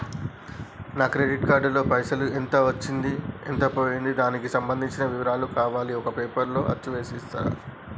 నా credit card లో పైసలు ఎంత వచ్చింది ఎంత పోయింది దానికి సంబంధించిన వివరాలు కావాలి ఒక పేపర్ పైన అచ్చు చేసి ఇస్తరా?